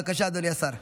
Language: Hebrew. בבקשה, אדוני השר.